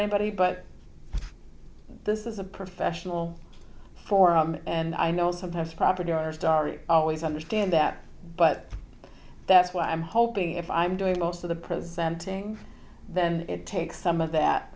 anybody but this is a professional forum and i know sometimes property owners dari always understand that but that's why i'm hoping if i'm doing most of the presenting then it takes some of that